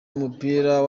w’umupira